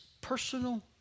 personal